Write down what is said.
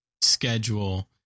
schedule